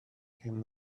came